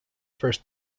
first